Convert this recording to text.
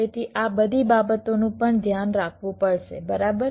તેથી આ બધી બાબતોનું પણ ધ્યાન રાખવું પડશે બરાબર